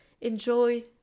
enjoy